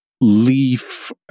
leaf